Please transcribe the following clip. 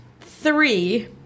three